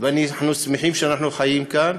ואנחנו שמחים שאנחנו חיים כאן.